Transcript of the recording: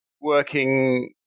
working